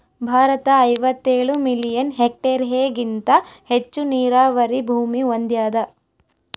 ಭಾರತ ಐವತ್ತೇಳು ಮಿಲಿಯನ್ ಹೆಕ್ಟೇರ್ಹೆಗಿಂತ ಹೆಚ್ಚು ನೀರಾವರಿ ಭೂಮಿ ಹೊಂದ್ಯಾದ